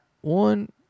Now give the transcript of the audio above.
one